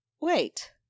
Wait